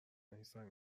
نیستم